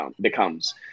becomes